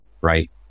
right